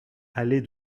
allée